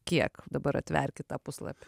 kiek dabar atverkit tą puslapį